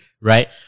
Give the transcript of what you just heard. right